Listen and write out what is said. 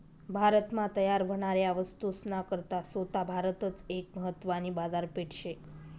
भारत मा तयार व्हनाऱ्या वस्तूस ना करता सोता भारतच एक महत्वानी बाजारपेठ शे